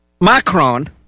Macron